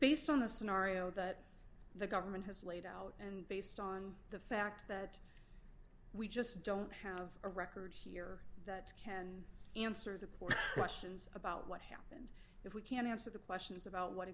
based on the scenario that the government has laid out and based on the fact that we just don't have a record here that can answer the point questions about what happened if we can't answer the questions about what